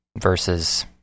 versus